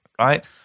Right